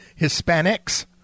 Hispanics